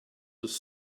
was